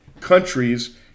countries